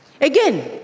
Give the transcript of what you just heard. Again